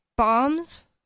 Bombs